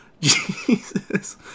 Jesus